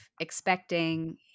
expecting